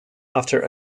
after